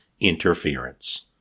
interference